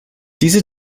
diese